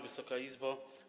Wysoka Izbo!